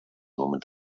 norman